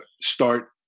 start